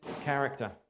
character